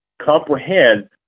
comprehend